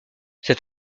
cet